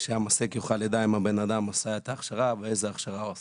כשהמעסיק יוכל לדעת אם הבן אדם עשה את ההכשרה ואיזה הכשרה הוא עשה.